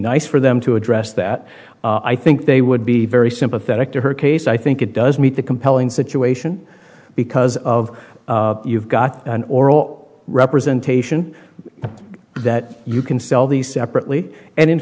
nice for them to address that i think they would be very sympathetic to her case i think it does meet the compelling situation because of you've got an oral representation that you can sell these separately and in